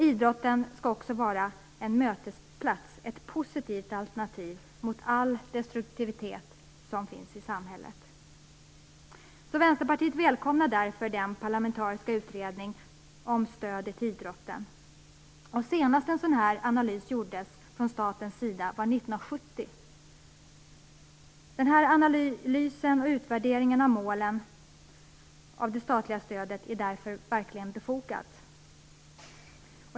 Idrotten skall också vara en mötesplats, ett positivt alternativ till all destruktivitet som finns i samhället. Vänsterpartiet välkomnar därför den parlamentariska utredningen om stödet till idrotten. Senast en sådan analys gjordes av staten var 1970. Den här analysen och utvärderingen av målen för det statliga stödet är därför mycket befogad.